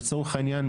לצורך העניין,